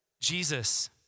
Jesus